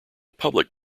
public